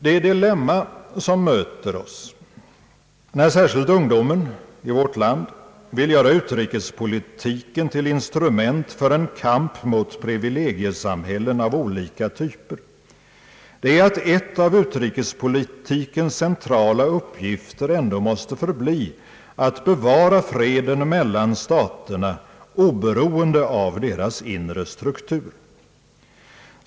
Det dilemma som möter oss när särskilt ungdomen i vårt land vill göra utrikespolitiken till instrument för en kamp mot privilegiesamhällen av olika typer är att en av utrikespolitikens centrala uppgifter ändå måste förbli att bevara freden mellan staterna, oberoende av deras inre struktur.